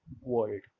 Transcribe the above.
World